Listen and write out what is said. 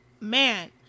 Man